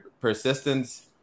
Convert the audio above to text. persistence